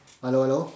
hello hello